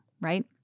Right